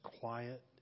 quiet